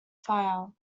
fire